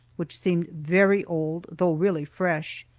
which seemed very old, though really fresh.